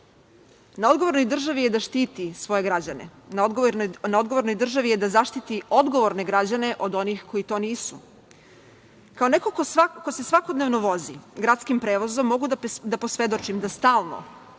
odgovornoj državi je da štiti svoje građane, na odgovornoj državi je da zaštiti odgovorne građane od onih koji to nisu. Kao neko ko se svakodnevno vozi gradskim prevozom mogu da posvedočim da stalno